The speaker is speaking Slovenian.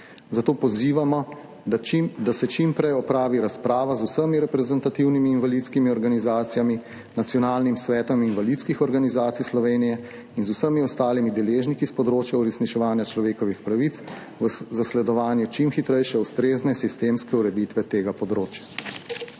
Zato pozivamo, da se čim prej opravi razprava z vsemi reprezentativnimi invalidskimi organizacijami, Nacionalnim svetom invalidskih organizacij Slovenije in z vsemi ostalimi deležniki s področja uresničevanja človekovih pravic v zasledovanju čim hitrejše ustrezne sistemske ureditve tega področja.